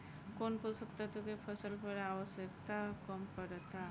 कौन पोषक तत्व के फसल पर आवशयक्ता कम पड़ता?